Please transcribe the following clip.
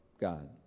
God